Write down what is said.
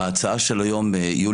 אני רוצה לומר לכם שההצעה של היום יוליה,